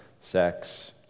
sex